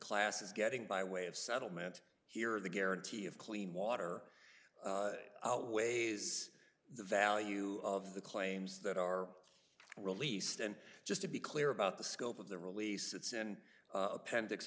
class is getting by way of settlement here the guarantee of clean water outweighs the value of the claims that are released and just to be clear about the scope of the release its and appendix